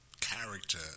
Character